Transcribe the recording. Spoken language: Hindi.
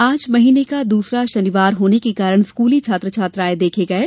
आज महीने का दूसरा शनिवार होने के कारण स्कूली छात्र छात्राएं देखे गये